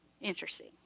Interesting